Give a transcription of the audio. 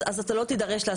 אז אתה לא תידרש,